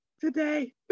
today